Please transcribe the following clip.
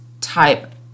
type